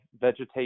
vegetation